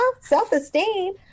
Self-esteem